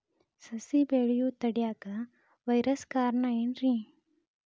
ಸಸಿ ಬೆಳೆಯುದ ತಡಿಯಾಕ ವೈರಸ್ ಕಾರಣ ಏನ್ರಿ?